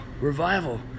Revival